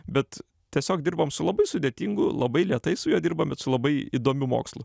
bet tiesiog dirbam su labai sudėtingu labai lėtai su juo dirbam bet labai įdomiu mokslu